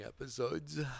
episodes